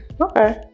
okay